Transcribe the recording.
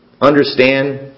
understand